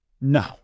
No